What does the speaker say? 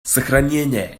сохранение